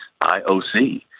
IOC